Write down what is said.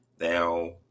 Now